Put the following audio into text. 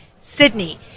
Sydney